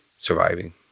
surviving